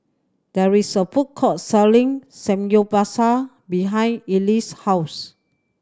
there is a food court selling Samgyeopsal behind Eliseo's house